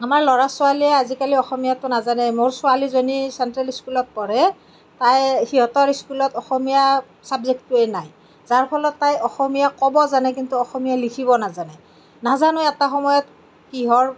আমাৰ ল'ৰা ছোৱালীয়ে আজিকালি অসমীয়াটো নাজানে মোৰ ছোৱালীজনী চেন্ট্ৰেল স্কুলত পঢ়ে তাই সিহঁতৰ স্কুলত অসমীয়া ছাবজেক্টটোৱেই নাই যাৰ ফলত তাই অসমীয়া ক'ব জানে কিন্তু তাই অসমীয়া লিখিব নাজানে নাজানো এটা সময়ত কিহৰ